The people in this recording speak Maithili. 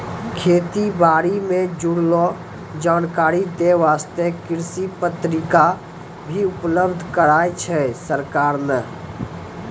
खेती बारी सॅ जुड़लो जानकारी दै वास्तॅ कृषि पत्रिका भी उपलब्ध कराय छै सरकार नॅ